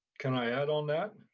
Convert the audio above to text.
can i add on that?